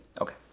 Okay